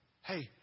Hey